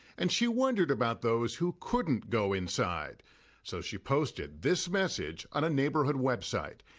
and she wondered about those who couldn't go inside so she posted this message on a neighborhood website.